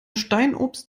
steinobst